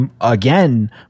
again